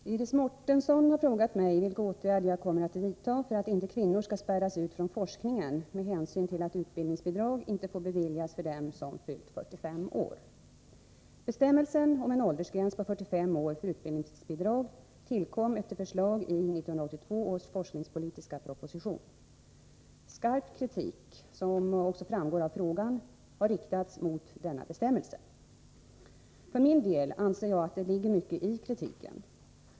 Herr talman! Iris Mårtensson har frågat mig vilka åtgärder jag kommer att vidta för att inte kvinnorna skall spärras ut från forskningen, med hänsyn till att utbildningsbidrag inte får beviljas för dem som fyllt 45 år. Bestämmelsen om en åldersgräns på 45 år för utbildningsbidrag tillkom efter förslag i 1982 års forskningspolitiska proposition . Skarp kritik — som också framgår av frågan — har riktats mot denna bestämmelse. För min del anser jag att det ligger mycket i kritiken.